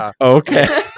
Okay